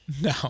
no